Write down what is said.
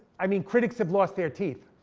i mean critics have lost their teeth.